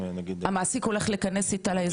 יש למעסיק גישה לאזור האישי.